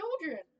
children